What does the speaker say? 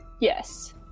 Yes